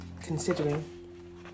considering